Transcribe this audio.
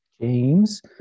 James